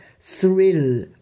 thrill